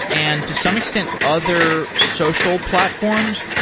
and to some extent, other social platforms,